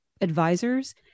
advisors